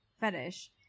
fetish